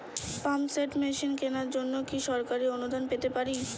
Pump set machine কেনার জন্য কি সরকারি অনুদান পেতে পারি?